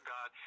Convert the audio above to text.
God